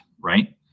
right